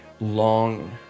long